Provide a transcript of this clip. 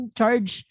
charge